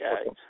okay